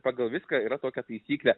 pagal viską yra tokia taisyklė